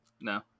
No